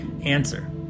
Answer